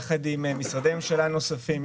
ביחד עם משרדי ממשלה נוספים,